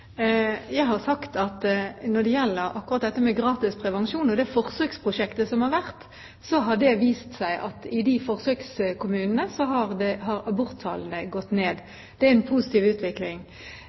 Jeg har sagt at når det gjelder akkurat dette med gratis prevensjon og det forsøksprosjektet som har vært, har det vist at aborttallene har gått ned i forsøkskommunene. Det er en positiv utvikling. Men det er